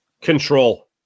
control